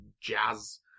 jazz